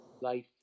life